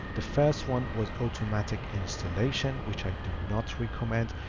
the first one was automatic installation, which i do not recommend.